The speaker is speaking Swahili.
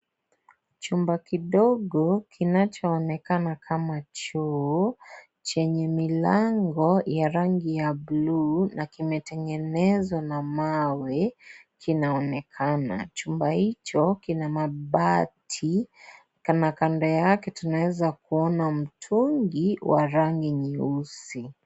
Chumba kidogo kinachoonekana kama choo, chenye milango ya rangi ya bluu na kimetengenezwa na mawe kinaonekana. Chumba hicho kina mabati kana kando yake tunaweza kuona mtungi wa rangi nyeusi